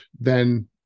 then-